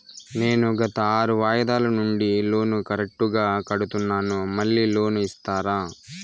నేను గత ఆరు వాయిదాల నుండి లోను కరెక్టుగా కడ్తున్నాను, మళ్ళీ లోను ఇస్తారా?